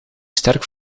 sterk